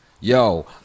Yo